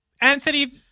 Anthony